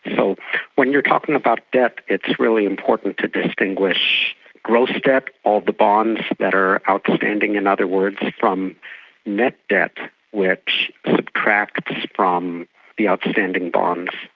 so when you are talking about debt it's really important to distinguish gross debt, all the bonds that are outstanding, in other words, from net debt which subtracts from the outstanding bonds,